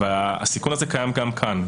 הסיכון הזה קיים גם כאן.